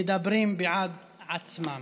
מדברים בעד עצמם.